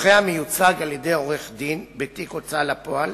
זוכה המיוצג על-ידי עורך-דין בתיק הוצאה לפועל